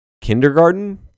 Kindergarten